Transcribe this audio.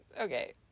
Okay